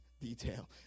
detail